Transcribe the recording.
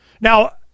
Now